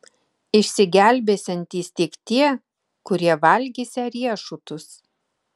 išsigelbėsiantys tik tie kurie valgysią riešutus